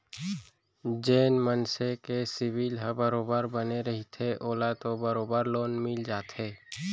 जेन मनसे के सिविल ह बरोबर बने रहिथे ओला तो बरोबर लोन मिल जाथे